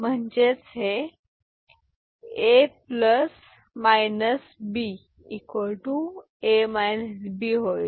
म्हणजे हे A A B होईल